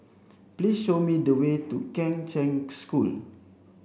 please show me the way to Kheng Cheng School